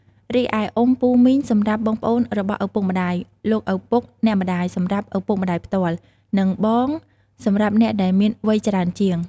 រីឯ អ៊ំ/ពូ/មីង សម្រាប់បងប្អូនរបស់ឪពុកម្តាយ លោកឪពុក/អ្នកម្ដាយ សម្រាប់ឪពុកម្តាយផ្ទាល់ និងបងសម្រាប់អ្នកដែលមានវ័យច្រើនជាង។